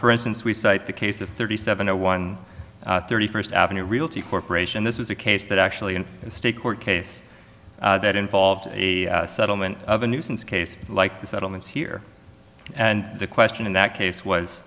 for instance we cite the case of thirty seven zero one thirty first avenue realty corporation this was a case that actually in a state court case that involved a settlement of a nuisance case like the settlements here and the question in that case